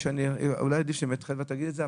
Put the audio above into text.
יש, אולי עדיף שבאמת חדווה תגיד את זה.